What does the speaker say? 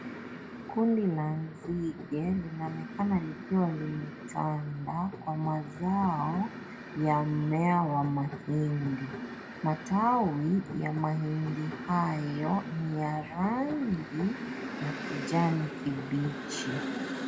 Kundi la nzige linaonekana likiwa limetanda kwa mazao ya mmea wa mahindi. Matawi ya mahindi hayo ni ya rangi ya kijani kibichi.